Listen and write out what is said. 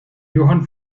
johann